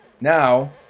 now